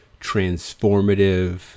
transformative